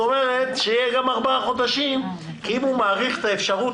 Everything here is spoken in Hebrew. כבוד היושב-ראש, בוא נשים את הדברים על השולחן.